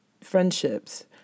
friendships